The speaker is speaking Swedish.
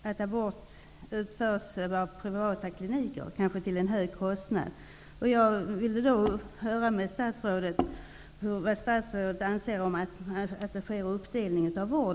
Aborter utförs av privata kliniker och kanske till en hög kostnad.